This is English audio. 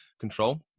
control